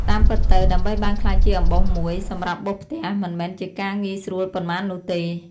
តាមពិតទៅ ដើម្បីបានក្លាយជាអំបោសមួយ សម្រាប់បោសផ្ទះមិនមែនជាការងាយស្រួលប៉ុន្មាននោះទេ។